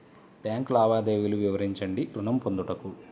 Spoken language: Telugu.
బ్యాంకు లావాదేవీలు వివరించండి ఋణము పొందుటకు?